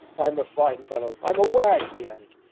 i'm a fine fellow, i'm a wag he added.